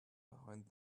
behind